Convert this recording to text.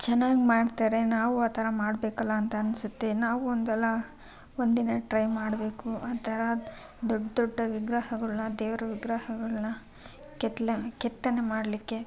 ಚೆನ್ನಾಗಿ ಮಾಡ್ತಾರೆ ನಾವೂ ಆ ಥರ ಮಾಡಬೇಕಲ್ಲ ಅಂತ ಅನ್ನಿಸುತ್ತೆ ನಾವೂ ಒಂದಲ್ಲ ಒಂದಿನ ಟ್ರೈ ಮಾಡಬೇಕು ಆ ಥರ ದೊಡ್ಡ ದೊಡ್ಡ ವಿಗ್ರಹಗಳನ್ನು ದೇವರ ವಿಗ್ರಹಗಳನ್ನು ಕೆತ್ಲೆ ಕೆತ್ತನೆ ಮಾಡಲಿಕ್ಕೆ